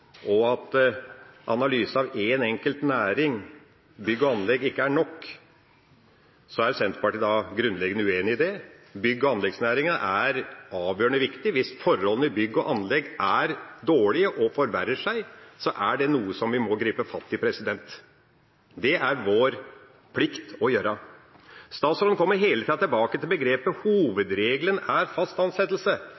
og at analyse av én enkelt næring, bygg og anlegg, ikke er nok, så er Senterpartiet grunnleggende uenig i det. Bygg- og anleggsnæringen er avgjørende viktig. Hvis forholdene i bygg- og anleggsbransjen er dårlige og forverrer seg, er det noe som vi må gripe fatt i. Det er det vår plikt å gjøre. Statsråden kommer hele tida tilbake til begrepet